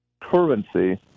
currency